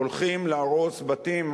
הולכים להרוס בתים,